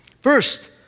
First